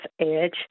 edge